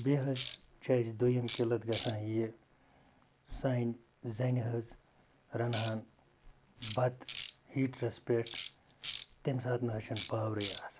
بیٚیہِ حظ چھِ اَسہِ دوٚیِم کِلَت گژھان یہِ سانہِ زَنٛنہِ حظ رَنٛ ہَن بَتہٕ ہیٖٹرَس پٮ۪ٹھ تمہِ ساتہٕ نہ حظ چھَنہٕ پاورٕے آسان